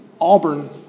Auburn